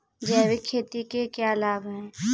जैविक खेती के क्या लाभ हैं?